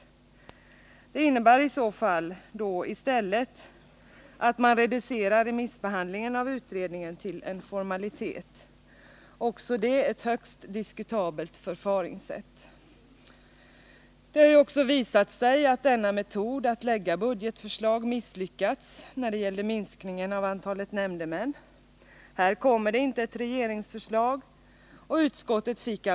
Rättshjälpslagen fyller i det hänseendet högt ställda anspråk.